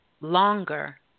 longer